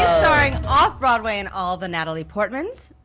starring off broadway in all the natalie portmans.